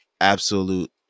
absolute